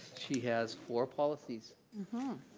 she has four policies.